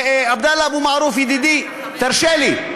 עמדה עקרונית, עבדאללה אבו מערוף, ידידי, תרשה לי,